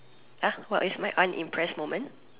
what is my unimpressed moment